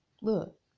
Look